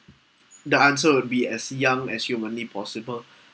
the answer would be as young as humanly possible